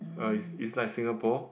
uh is is like Singapore